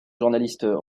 journalistes